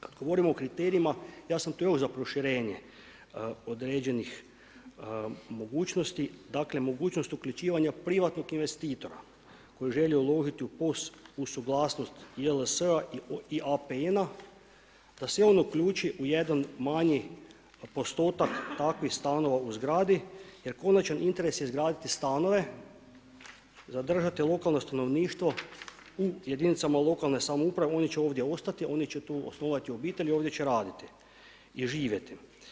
Kada govorimo o kriterijima, ja sam tu još za proširenje određenih mogućnosti, dakle mogućnost uključivanja privatnog investitora koji želi uložiti u POS uz suglasnost JLS-a i APN-a da se on uključi u jedan manji postotak takvih stanova u zgradi jer konačan interes je izgraditi stanove, zadržati lokalno stanovništvo u jedinicama lokalne samouprave, oni će ovdje ostati, oni će tu osnovati obitelj i ovdje će raditi i živjeti.